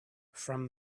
from